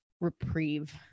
reprieve